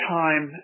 time